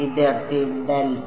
വിദ്യാർത്ഥി ഡെൽറ്റ